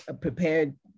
prepared